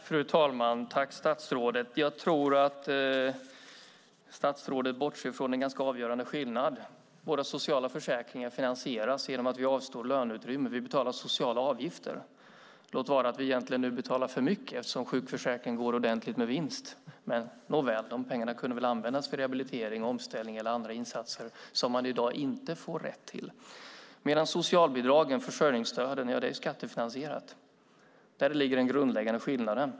Fru talman! Jag tackar statsrådet. Jag tror att han bortser från en ganska avgörande skillnad: Våra sociala försäkringar finansieras genom att vi avstår löneutrymme. Vi betalar sociala avgifter, låt vara att vi nu egentligen betalar för mycket eftersom sjukförsäkringen går ordentligt med vinst. Men nåväl - de pengarna skulle väl kunna användas för rehabilitering, omställning eller andra insatser som man i dag inte får rätt till. Socialbidragen och försörjningsstöden är skattefinansierade. Där ligger den grundläggande skillnaden.